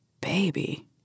Baby